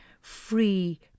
free